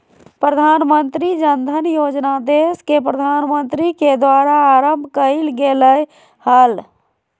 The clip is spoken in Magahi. प्रधानमंत्री जन धन योजना देश के प्रधानमंत्री के द्वारा आरंभ कइल गेलय हल